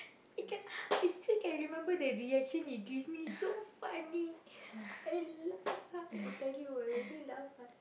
I still can remember the reaction he give me so funny I laugh hard I tell you I really laugh hard